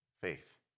faith